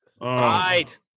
Right